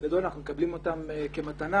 שבגדול אנחנו מקבלים אותם כמתנה